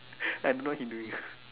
I don't know what he doing